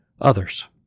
others